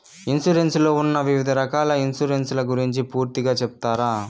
Insurance లో ఉన్న వివిధ రకాల ఇన్సూరెన్సు ల గురించి పూర్తిగా సెప్తారా?